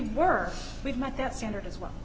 were we'd met that standard as well